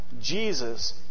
Jesus